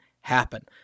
happen